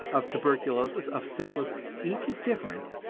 of tuberculosis, of syphilis each is different,